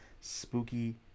spooky